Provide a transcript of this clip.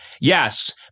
Yes